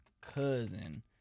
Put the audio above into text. cousin